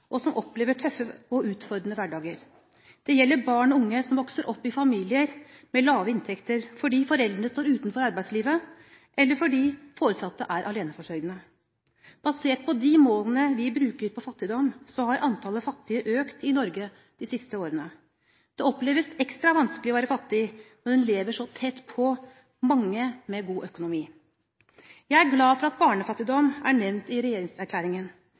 og som opplever tøffe og utfordrende hverdager. Det gjelder barn og unge som vokser opp i familier med lave inntekter fordi foreldrene står utenfor arbeidslivet, eller fordi de foresatte er aleneforsørgende. Basert på de målene vi bruker på fattigdom, har antallet fattige økt i Norge de siste årene. Det oppleves ekstra vanskelig å være fattig når en lever så tett på mange med god økonomi. Jeg er glad for at barnefattigdom er nevnt i regjeringserklæringen.